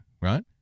right